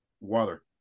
water